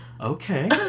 Okay